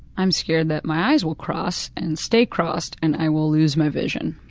i'm scared that my eyes will cross and stay crossed and i will lose my vision.